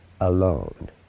alone